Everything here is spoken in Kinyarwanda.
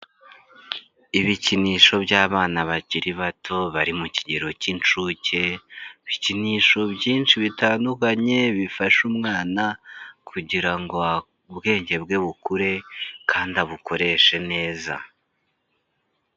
Ibikinisho by'abana bakiri bato bari mu kigero cy'incuke, ibikinisho byinshi bitandukanye bifasha umwana kugira ngo ubwenge bwe bukure kandi abukoreshe neza.